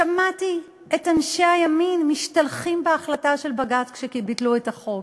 שמעתי את אנשי הימין משתלחים בהחלטה של בג"ץ כשביטלו את החוק.